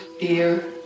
dear